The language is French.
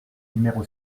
numéro